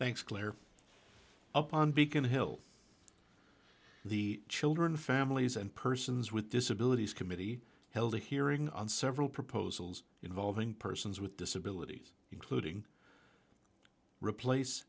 thanks clear up on beacon hill the children families and persons with disabilities committee held a hearing on several proposals involving persons with disabilities including replace